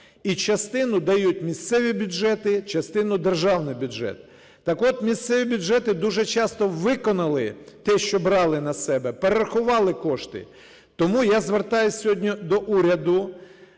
І частину дають місцеві бюджети, частину державні бюджети. Так от місцеві бюджети дуже часто виконали те, що брали на себе: перерахували кошти. Тому я звертаюсь сьогодні до уряду.